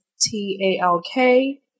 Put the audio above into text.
T-A-L-K